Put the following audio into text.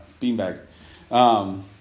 beanbag